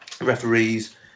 referees